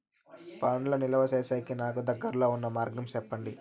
పండ్లు నిలువ సేసేకి నాకు దగ్గర్లో ఉన్న మార్గం చెప్పండి?